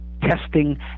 testing